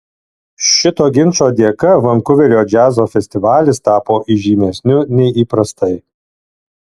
šito ginčo dėka vankuverio džiazo festivalis tapo įžymesniu nei įprastai